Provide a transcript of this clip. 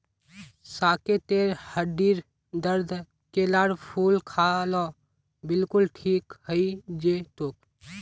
साकेतेर हड्डीर दर्द केलार फूल खा ल बिलकुल ठीक हइ जै तोक